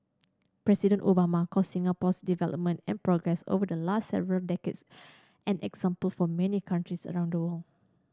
President Obama called Singapore's development and progress over the last several decades an example for many countries around the world